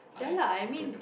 ya lah I mean